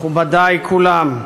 מכובדי כולם,